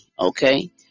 okay